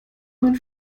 man